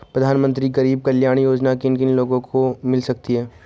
प्रधानमंत्री गरीब कल्याण योजना किन किन लोगों को मिल सकती है?